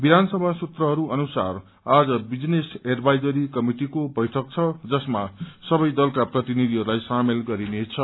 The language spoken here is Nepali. विधानसभा सूत्रहरू अनुसार आज विजनेस एडभाइजरी कमिटिको बैठक छ जसमा सवै दलका प्रतिनिधिहरूलाई सामेल गरिनेछ